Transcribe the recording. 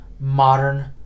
modern